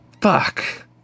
Fuck